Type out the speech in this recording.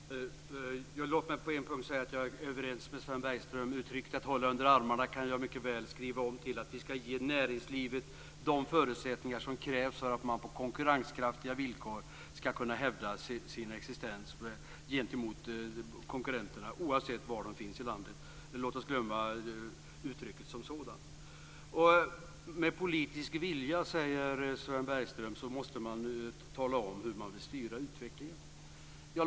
Fru talman! Låt mig på en punkt säga att jag är överens med Sven Bergström. Uttrycket hålla under armarna kan jag mycket väl skriva om till att vi ska ge näringslivet de förutsättningar som krävs för att man på konkurrenskraftiga villkor ska kunna hävda sin existens gentemot konkurrenterna oavsett var i landet de finns. Låt oss glömma uttrycket som sådant. Med politisk vilja, säger Sven Bergström, måste man tala om hur man vill styra utvecklingen.